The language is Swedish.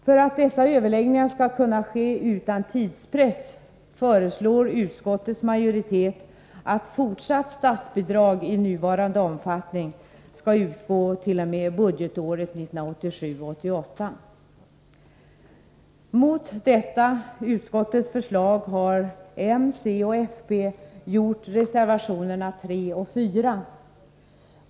För att dessa överläggningar skall kunna ske utan tidspress föreslår utskottets majoritet att fortsatt statsbidrag i nuvarande omfattning skall utgå t.o.m. budgetåret 1987/88. Mot detta utskottets förslag har, c och fp gjort reservationerna 3 och 4.